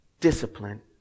Discipline